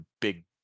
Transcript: big